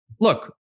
look